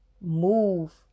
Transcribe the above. move